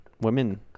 women